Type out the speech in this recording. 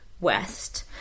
West